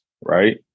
right